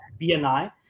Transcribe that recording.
BNI